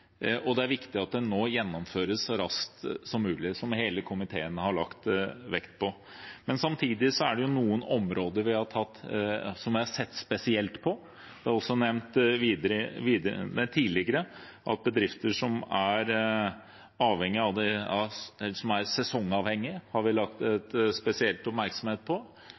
og unngå at systemet kan utnyttes. Ordningen er enkel. Den er effektiv, og det er viktig at den nå gjennomføres så raskt som mulig, noe hele komiteen har lagt vekt på. Samtidig er det noen områder som vi har sett spesielt på. Det er nevnt tidligere at vi har hatt spesiell oppmerksomhet på sesongavhengige bedrifter. Her har vi funnet gode løsninger spesielt for bedrifter som har sin høysesong nå, enten det er